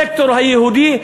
בסקטור היהודי,